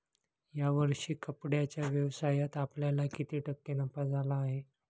या वर्षी कपड्याच्या व्यवसायात आपल्याला किती टक्के नफा झाला आहे?